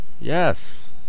Yes